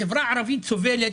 החברה הערבית סובלת,